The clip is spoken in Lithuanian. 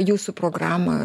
jūsų programą